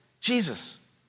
Jesus